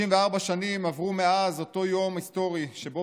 54 שנים עברו מאז אותו יום היסטורי שבו